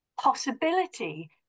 possibility